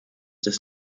des